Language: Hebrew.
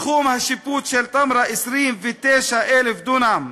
תחום השיפוט של תמרה, 29,000 דונם,